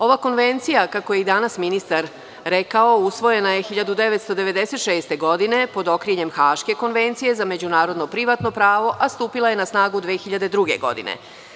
Ova konvencija kako je i danas ministar rekao usvojena je 1996. godine pod okriljem Haške konvencije za međunarodno privatno pravo, a stupila je na snagu 2002. godine.